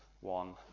one